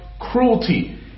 cruelty